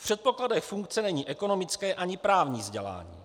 V předpokladech funkce není ekonomické ani právní vzdělání.